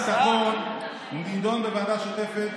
תקציב משרד הביטחון יידון בוועדה משותפת